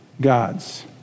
God's